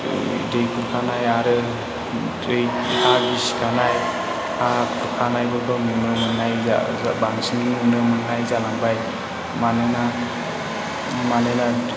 दै खुरखानाय आरो दै हा गिसिखानाय हा खुरखानायफोरखौ नुनो मोननाय जायो बांसिन नुनो मोननाय जालांबाय मानोना